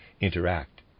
interact